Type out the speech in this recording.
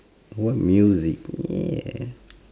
what music yeah